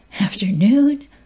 afternoon